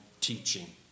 teaching